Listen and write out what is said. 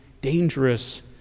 dangerous